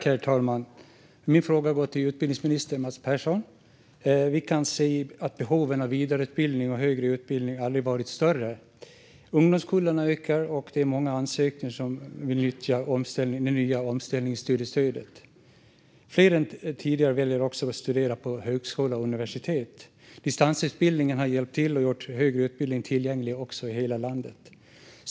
Herr talman! Min fråga går till utbildningsminister Mats Persson. Vi kan se att behoven av vidareutbildning och högre utbildning aldrig varit större. Ungdomskullarna blir större, och det är många som ansöker om att nyttja det nya omställningsstudiestödet. Fler än tidigare väljer också att studera på högskola och universitet. Distansutbildningen har hjälpt till och gjort högre utbildning tillgänglig i hela landet.